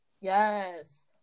yes